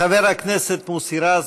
חבר הכנסת מוסי רז,